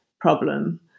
problem